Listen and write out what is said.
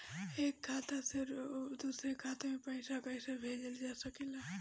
एक खाता से दूसरे खाता मे पइसा कईसे भेजल जा सकेला?